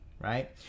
Right